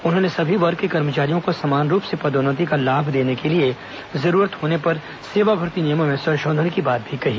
उन्होंने सभी वर्ग के कर्मचारियों को समान रूप से पदोन्नति का लाभ देने के लिए जरूरत होने पर सेवा भर्ती नियमों में संशोधन की बात भी कही